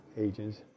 agents